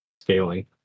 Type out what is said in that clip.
scaling